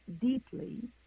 deeply